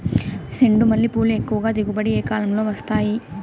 చెండుమల్లి పూలు ఎక్కువగా దిగుబడి ఏ కాలంలో వస్తాయి